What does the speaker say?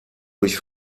durch